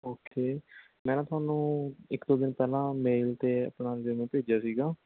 okay ਮੈਂ ਨਾ ਤੁਹਾਨੂੰ ਇੱਕ ਦੋ ਦਿਨ ਪਹਿਲਾਂ ਮੇਲ 'ਤੇ ਆਪਣਾ ਰਜੀਊਮੇ ਭੇਜਿਆ ਸੀਗਾ